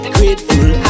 Grateful